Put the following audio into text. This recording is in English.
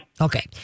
Okay